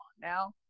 now